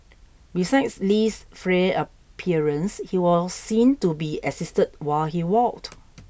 besides Li's frail appearance he was seen to be assisted while he walked